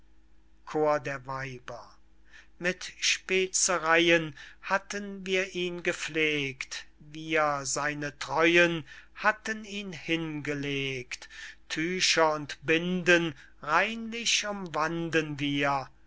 chor der weiber mit spezereyen hatten wir ihn gepflegt wir seine treuen hatten ihn hingelegt tücher und binden reinlich umwanden wir